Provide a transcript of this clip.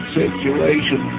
situation